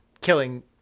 killing